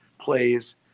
plays